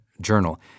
journal